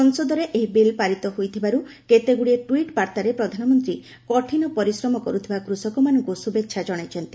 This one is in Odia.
ସଂସଦରେ ଏହି ବିଲ୍ ପାରିତ ହୋଇଥିବାରୁ କେତେଗୁଡିଏ ଟୁଇଟ୍ ବାର୍ତାରେ ପ୍ରଧାନମନ୍ତ୍ରୀ କଠିନ ପରିଶ୍ରମ କରୁଥିବା କୃଷକମାନଙ୍କୁ ଶୁଭେଚ୍ଛା ଜଣାଇଛନ୍ତି